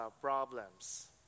problems